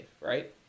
right